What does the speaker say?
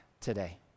today